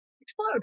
explode